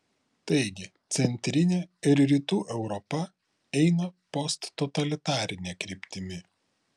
taigi centrinė ir rytų europa eina posttotalitarine kryptimi